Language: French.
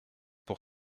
pour